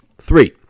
Three